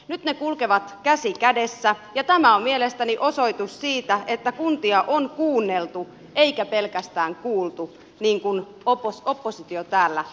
nyt ne kulkevat käsi kädessä ja tämä on mielestäni osoitus siitä että kuntia on kuunneltu eikä pelkästään kuultu niin kuin oppositio täällä väittää